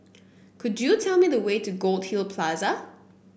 could you tell me the way to Goldhill Plaza